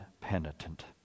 penitent